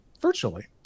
virtually